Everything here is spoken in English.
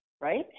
right